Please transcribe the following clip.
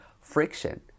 friction